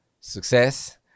Success